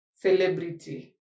celebrity